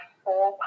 four